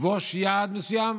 לכבוש יעד מסוים,